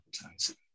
advertising